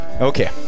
Okay